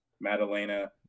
Madalena